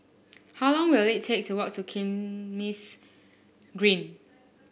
how long will it take to walk to Kismis Green